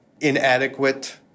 inadequate